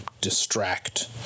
distract